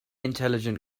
intelligent